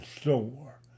store